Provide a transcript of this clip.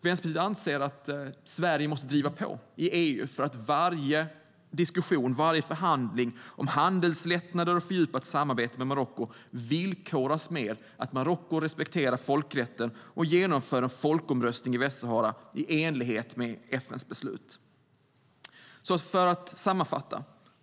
Vänsterpartiet anser att Sverige måste driva på i EU för att varje diskussion och förhandling om handelslättnader och fördjupat samarbete med Marocko villkoras med att Marocko respekterar folkrätten och genomför en folkomröstning i Västsahara i enlighet med FN:s beslut. Låt mig sammanfatta.